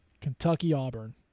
Kentucky-Auburn